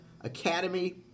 academy